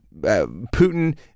Putin